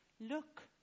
Look